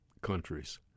countries